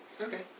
Okay